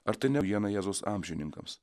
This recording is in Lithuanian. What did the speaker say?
ar tai ne vieną jėzus amžininkas